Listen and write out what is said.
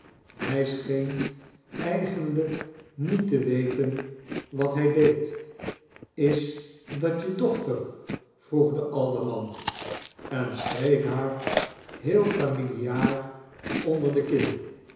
hij scheen eigenlijk niet te weten wat hij deed is dat je dochter vroeg de alderman en streek haar heel familiaar oncler de kin